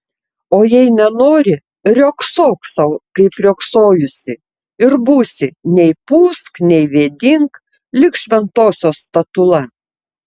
o jei nenori riogsok sau kaip riogsojusi ir būsi nei pūsk nei vėdink lyg šventosios statula